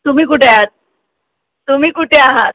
तुम्ही कुठे आहात तुम्ही कुठे आहात